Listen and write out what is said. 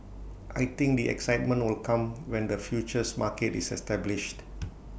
I think the excitement will come when the futures market is established